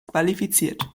qualifiziert